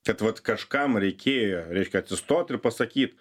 kad vat kažkam reikėjo reiškia atsistot ir pasakyt